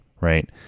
right